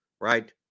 right